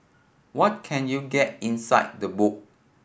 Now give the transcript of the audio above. what can you get inside the book